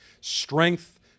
Strength